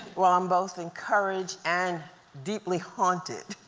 well i'm both encouraged and deeply haunted